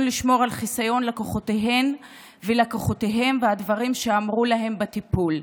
לשמור על חסיון לקוחותיהן ולקוחותיהם והדברים שאמרו להם בטיפול.